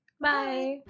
Bye